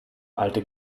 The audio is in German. alte